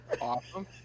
Awesome